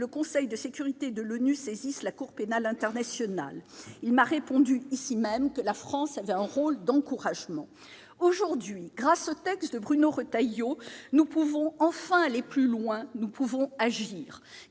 le Conseil de sécurité de l'ONU saisisse la Cour pénale internationale, il m'a répondu, ici même, que la France avait un rôle d'encouragement aujourd'hui grâce au texte, Bruno Retailleau, nous pouvons enfin aller plus loin, nous pouvons agir